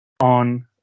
on